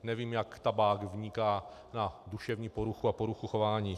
Nevím, jak tabák vniká na duševní poruchu a poruchu chování.